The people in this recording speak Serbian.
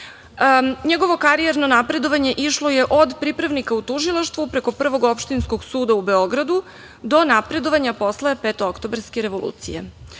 njegovo karijerno napredovanje išlo je od pripravnika u Tužilaštvu preko Prvog opštinskog suda u Beogradu, do napredovanja posle petooktobarske revolucije.